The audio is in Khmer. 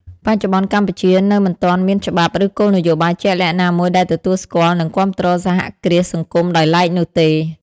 បច្ចុប្បន្ន កម្ពុជានៅមិនទាន់មានច្បាប់ ឬគោលនយោបាយជាក់លាក់ណាមួយដែលទទួលស្គាល់ និងគាំទ្រសហគ្រាសសង្គមដោយឡែកនោះទេ ។